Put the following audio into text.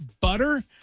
butter